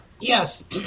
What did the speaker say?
Yes